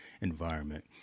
environment